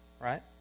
right